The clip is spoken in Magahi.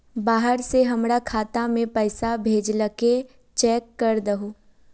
बाहर से हमरा खाता में पैसा भेजलके चेक कर दहु?